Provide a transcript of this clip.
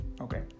Okay